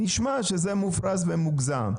נשמע שזה מופרז ומוגזם.